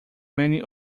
many